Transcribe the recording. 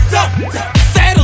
Settle